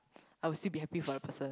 I'll still be happy for the person